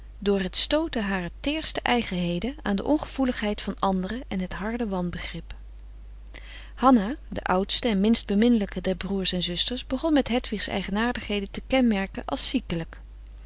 door het stooten harer teerste eigenheden aan de ongevoeligheid van anderen en het harde wanbegrip frederik van eeden van de koele meren des doods hanna de oudste en minst beminnelijke der broers en zusters begon met hedwigs eigenaardigheden te kenmerken als ziekelijk